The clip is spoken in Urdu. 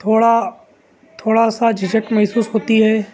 تھوڑا تھوڑا سا جھجھک محسوس ہوتی ہے